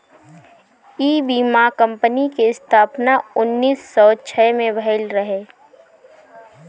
इ बीमा कंपनी के स्थापना उन्नीस सौ छह में भईल रहे